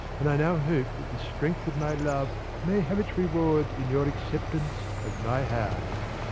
and i now hope that the strength of my love may have its reward in your acceptance of my hand.